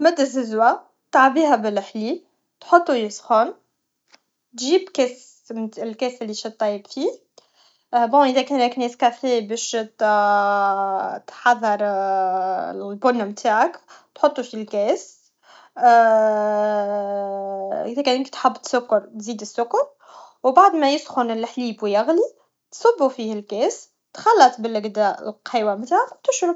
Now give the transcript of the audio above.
تمد الززو تعبيها بالحليب تحطو يسخن تجيب لكاس لي باش تطيب فيه اه بون اذا كان نيسكافيه بش ت تحضر لكو نتاعك تحطو في كاس اذا كانت تحب السكر زيد سكر و بعد ما يسخن لحليب و يغلي صبو فيه الكاس تخلط بلجدا لقهيوة نت و تشرب